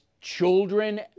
children